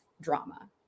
drama